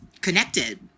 connected